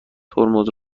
ترمز